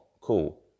Cool